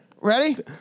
Ready